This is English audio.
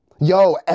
Yo